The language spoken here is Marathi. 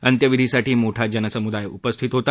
अंत्यविधीसाठी मोठा जनसमुदाय उपस्थित होता